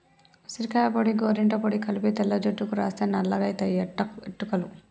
ఉసిరికాయ పొడి గోరింట పొడి కలిపి తెల్ల జుట్టుకు రాస్తే నల్లగాయితయి ఎట్టుకలు